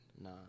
Nah